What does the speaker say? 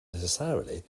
necessarily